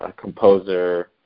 composer